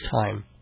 time